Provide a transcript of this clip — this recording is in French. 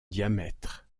diamètre